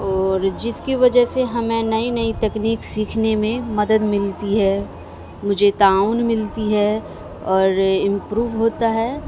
اور جس کی وجہ سے ہمیں نئی نئی تکنیک سیکھنے میں مدد ملتی ہے مجھے تعاون ملتی ہے اور امپروو ہوتا ہے